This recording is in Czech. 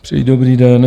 Přeji dobrý den.